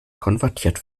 konvertiert